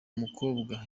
mukobwa